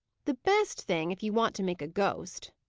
the best thing, if you want to make a ghost,